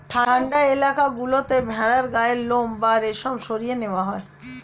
ঠান্ডা এলাকা গুলোতে ভেড়ার গায়ের লোম বা রেশম সরিয়ে নেওয়া হয়